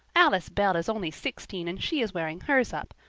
alice bell is only sixteen and she is wearing hers up,